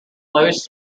flows